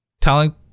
telling